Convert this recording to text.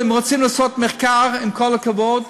אם רוצים לעשות מחקר, עם כל הכבוד,